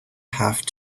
have